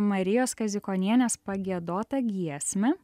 marijos kaziukonienės pagiedotą giesmę